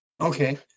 Okay